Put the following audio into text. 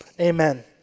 Amen